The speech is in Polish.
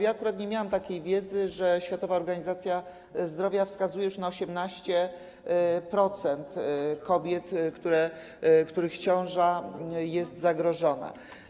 Ja akurat nie miałam takiej wiedzy, że Światowa Organizacja Zdrowia wskazuje już na 18% kobiet, których ciąża jest zagrożona.